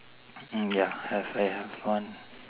ya have I have one